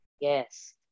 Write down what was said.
Yes